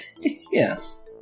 Yes